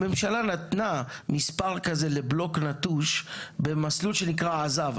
הממשלה נתנה מספר כזה לבלוק נטוש במסלול שנקרא עז"ב,